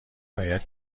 باید